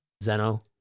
Zeno